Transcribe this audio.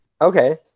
Okay